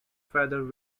feathers